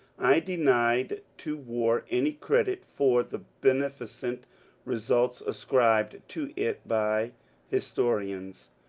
i denied to war any credit for the beneficent results ascribed to it by historians,